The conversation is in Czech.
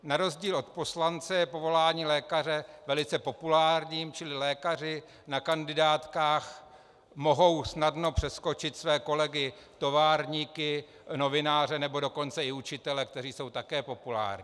Na rozdíl od poslance je povolání lékaře velice populární, čili lékaři na kandidátkách mohou snadno předskočit své kolegy továrníky, novináře, nebo dokonce i učitele, kteří jsou také populární.